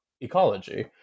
ecology